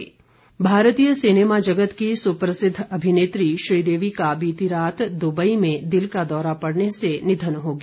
निधन भारतीय सिनेमा जगत की सुप्रसिद्ध अभिनेत्री श्रीदेवी का बीती रात दुबई में दिल का दौरा पड़ने से निधन हो गया